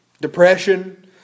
depression